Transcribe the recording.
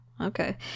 Okay